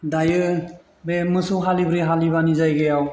दा बे मोसौ हालेवब्रै हालेवबानि जायगायाव